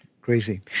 crazy